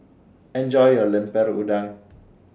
Enjoy your Lemper Udang